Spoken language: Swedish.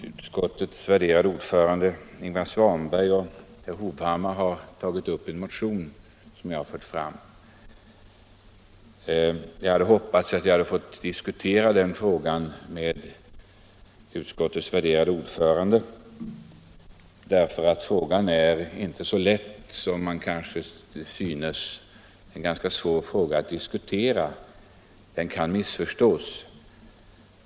Herr talman! Både utskottets värderade ordförande herr Ingvar Svanberg och herr Hovhammar har tagit upp en motion som jag har fört fram. Jag hade hoppats få diskutera motionen med utskottets ordförande, för frågan är inte så lätt som den kanske kan synas. Den är ganska svår att diskutera; den kan missförstås.